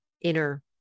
inner